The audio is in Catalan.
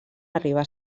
arribar